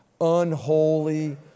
unholy